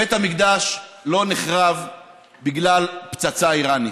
בית המקדש לא נחרב בגלל פצצה איראנית.